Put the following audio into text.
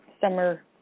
summer